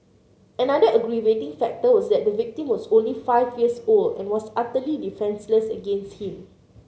another aggravating factor was that the victim was only five years old and was utterly defenceless against him